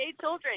children